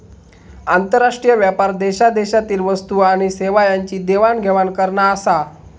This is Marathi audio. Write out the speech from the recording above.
आंतरराष्ट्रीय व्यापार देशादेशातील वस्तू आणि सेवा यांची देवाण घेवाण करना आसा